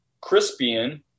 Crispian